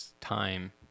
time